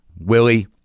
Willie